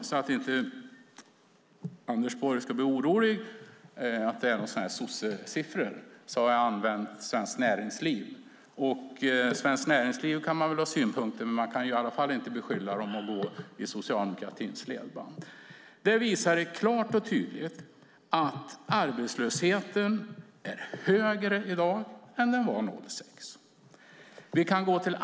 Så att inte Anders Borg ska bli orolig att det är sossesiffror har jag använt Svenskt Näringsliv. Svenskt Näringsliv kan man ha synpunkter på, men man kan inte beskylla dem för att gå i socialdemokratins ledband. Siffrorna visar klart och tydligt att arbetslösheten är högre i dag än den var 2006.